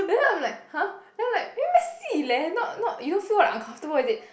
that's why I'm like !huh! then I'm like very messy leh not not you don't feel uncomfortable is it